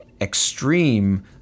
extreme